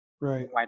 Right